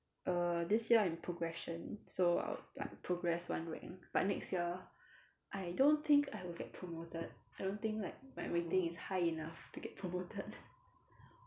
err this year I'm progression so I'll I progress one rank but next year I don't think I will get promoted I don't think like my rating is high enough to get promoted